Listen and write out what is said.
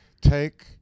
take